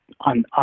on